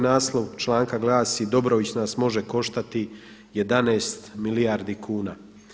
Naslov članka glasi „Dobrović nas može koštati 11 milijardi kuna“